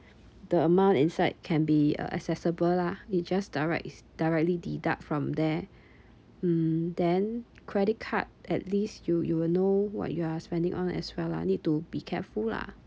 the amount inside can be uh accessible lah it just direct is directly deduct from there mm then credit card at least you you will know what you are spending on as well lah need to be careful lah